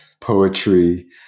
poetry